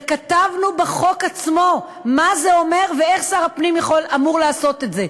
וכתבנו בחוק עצמו מה זה אומר ואיך שר הפנים אמור לעשות את זה.